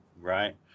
right